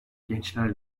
gençler